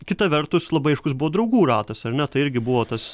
kita vertus labai aiškus buvo draugų ratas ar ne tai irgi buvo tas